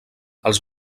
els